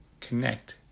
connect